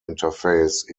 interface